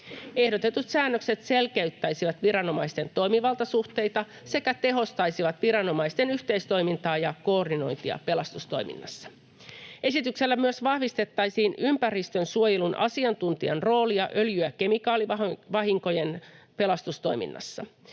Ehdotetut säännökset selkeyttäisivät viranomaisten toimivaltasuhteita sekä tehostaisivat viranomaisten yhteistoimintaa ja koordinointia pelastustoiminnassa. Esityksellä myös vahvistettaisiin ympäristönsuojelun asiantuntijan roolia öljy- ja kemikaalivahinkojen pelastustoiminnassa: